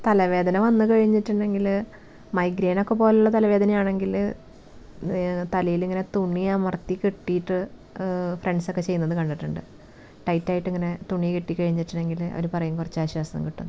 തലവേദന വന്ന് കഴിഞ്ഞിട്ടുണ്ടെങ്കില് മൈഗ്രെയ്നൊക്കെ പോലുള്ള തലവേദനയാണങ്കില് തലയിലിങ്ങനെ തുണി അമർത്തി കെട്ടിയിട്ട് ഫ്രെണ്ട്സ്സക്കെ ചെയ്യുന്നത് കണ്ടിട്ടുണ്ട് ടൈറ്റായിട്ടിങ്ങനെ തുണി കെട്ടി കഴിഞ്ഞിട്ടുണ്ടെങ്കില് അവര് പറയും കുറച്ച് ആശ്വാസം കിട്ടുമെന്ന്